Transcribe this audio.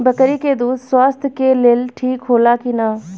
बकरी के दूध स्वास्थ्य के लेल ठीक होला कि ना?